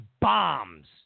bombs